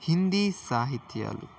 Hindi సాహిత్యాలు